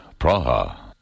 Praha